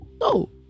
no